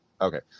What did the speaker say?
Okay